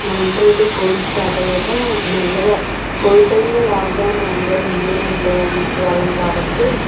నా ఇంటర్ అయిపోయాక కోవిడ్ స్టార్టయ్యాక మెల్లగ కోవిడ్ టైములో లాక్డౌన్ అందరు ఇంట్లోనే ఉండడం వాళ్ళం కాబట్టి